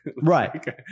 right